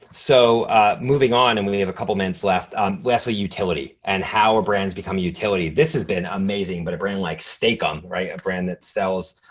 so moving on and we have a couple minutes left. lastly utility and how our brands become utility. this has been amazing, but a brand like steak-umm, right? a brand that sells